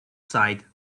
side